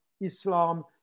Islam